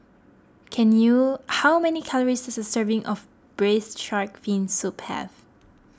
can you how many calories does a serving of Braised Shark Fin Soup have